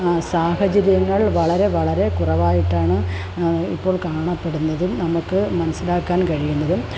സാഹചര്യങ്ങൾ വളരെ വളരെ കുറവായിട്ടാണ് ഇപ്പോൾ കാണപ്പെടുന്നതും നമുക്ക് മനസിലാക്കാൻ കഴിയുന്നതും